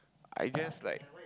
I guess like